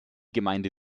gemeinde